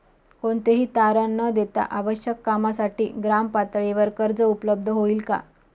कोणतेही तारण न देता आवश्यक कामासाठी ग्रामपातळीवर कर्ज उपलब्ध होईल का?